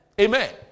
Amen